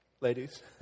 ladies